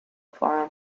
forum